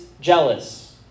jealous